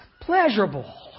pleasurable